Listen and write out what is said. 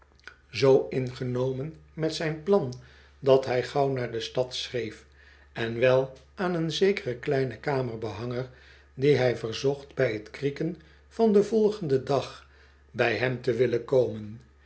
zoo ingenomen met zijn plan dat hij gauw naar de stad schreef en wel aan een zekeren kleine kamer b e hanger dien hij verzocht bij t krieken van den volgenden dag bij hem te willen komen